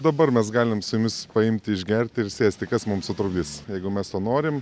dabar mes galim su jumis paimti išgerti ir sėsti kas mums atrodys jeigu mes to norim